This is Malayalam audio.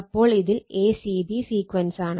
അപ്പോൾ ഇതിൽ a c b സീക്വൻസാണ്